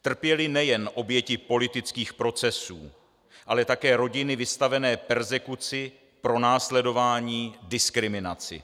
Trpěly nejen oběti politických procesů, ale také rodiny vystavené perzekuci, pronásledování, diskriminaci.